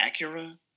acura